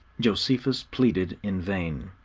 josephus pleaded in vain.